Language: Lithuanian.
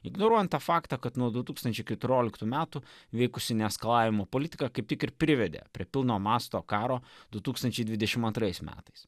ignoruojant faktą kad nuo du tūkstančiai keturioliktų metų vykusi ne eskalavimo politika kaip tik ir privedė prie pilno masto karo du tūkstančiai dvidešimt antrais metais